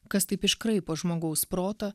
kas taip iškraipo žmogaus protą